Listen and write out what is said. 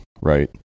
right